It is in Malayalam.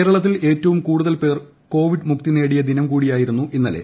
കേരളത്തിൽ ഏറ്റവും കൂടുതൽ പേർ കോവിഡ് മുക്തി നേടിയ ദിനം കൂടിയായിരുന്നു ഇന്നലെ